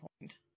point